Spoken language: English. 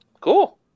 Cool